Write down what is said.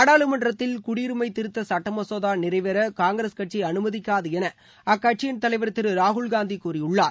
நாடாளுமன்றத்தில் குடியுரிமை திருத்த சுட்டமசோதா நிறைவேற காங்கிரஸ் சுட்சி அனுமதிக்காது என அக்கட்சியின் தலைவர் திரு ராகுல்காந்தி கூறியுள்ளார்